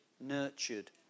nurtured